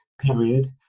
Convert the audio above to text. period